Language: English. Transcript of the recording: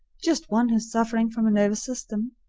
just one who's sufferin' from a nervous system.